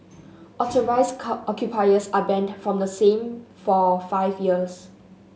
authorised occupiers are banned from the same for five years